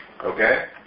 Okay